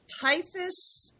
typhus